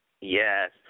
Yes